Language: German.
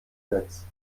netz